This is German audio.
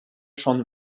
schon